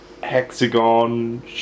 hexagon